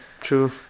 true